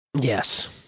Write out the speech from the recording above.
Yes